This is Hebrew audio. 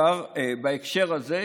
בהקשר הזה,